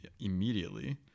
immediately